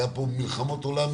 היו פה מלחמות עולם.